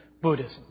Buddhism